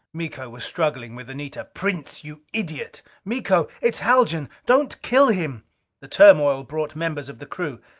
miko was struggling with anita. prince, you idiot! miko, it's haljan! don't kill him the turmoil brought members of the crew.